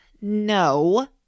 No